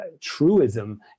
truism